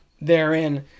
therein